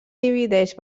divideix